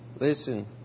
Listen